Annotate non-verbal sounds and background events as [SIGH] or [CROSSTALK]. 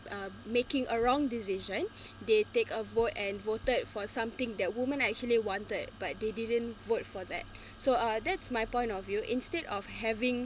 uh making a wrong decision [BREATH] they take a vote and voted for something that women actually wanted but they didn't vote for that [BREATH] so uh that's my point of view instead of having